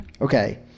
Okay